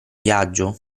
viaggio